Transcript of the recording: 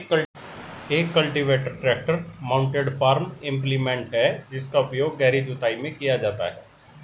एक cultivator tractor mounted farm implement है जिसका उपयोग गहरी जुताई में किया जाता है